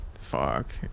fuck